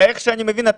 איך שאני מבין,